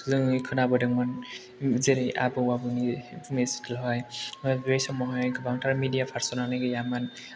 जों खोनाबोदोंमोन जेरै आबौ आबैनि बुंनाय स्कुलावहाय बे समावहाय गोबांथार मिदिया पारसनानो गैयामोन